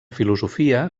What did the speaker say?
filosofia